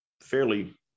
fairly